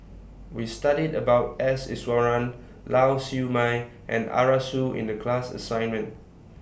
We studied about S Iswaran Lau Siew Mei and Arasu in The class assignment